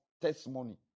testimony